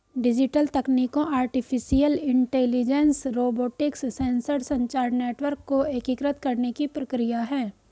digital तकनीकों artificial intelligence, robotics, sensor, संचार network को एकीकृत करने की प्रक्रिया है